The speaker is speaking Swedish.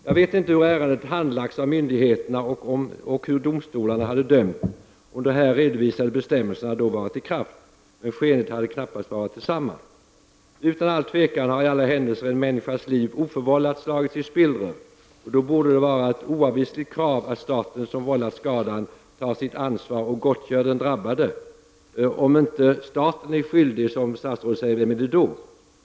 Jag vet inte hur ärendet skulle ha handlagts av myndigheterna och hur domstolarna skulle ha dömt om de här redovisade bestämmelserna då varit i kraft, men skeendet hade knappast varit detsamma. Utan all tvekan har i alla händelser en människas liv oförvållat slagits i spillror, och då borde det vara ett oavvisligt krav att staten som vållat skadan tar sitt ansvar och gottgör den drabbade. Om inte staten är skyldig, som statsrådet säger, vem är det då?